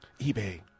eBay